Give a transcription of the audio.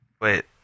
wait